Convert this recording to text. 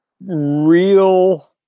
real